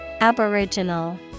Aboriginal